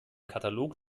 katalog